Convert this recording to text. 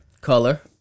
color